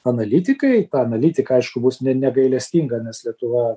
analitikai analitika aišku bus negailestinga nes lietuva